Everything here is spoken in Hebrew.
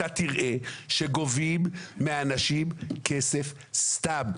אתה תראה שגובים מאנשים כסף סתם.